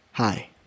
Hi